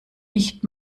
nicht